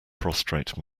prostrate